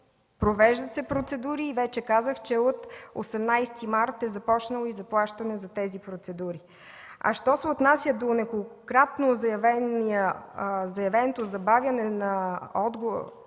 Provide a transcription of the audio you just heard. провеждат се процедури и вече казах, че от 18 март е започвало и заплащане за тези процедури. Що се отнася до неколкократно заявеното забавяне на отговора